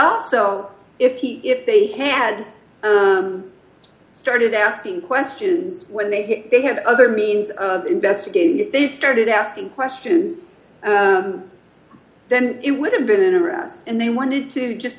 also if he if they had started asking questions when they they had other means of investigating if they started asking questions then it would have been an arrest and they wanted to just